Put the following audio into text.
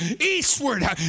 eastward